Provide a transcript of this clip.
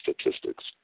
statistics